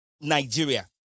Nigeria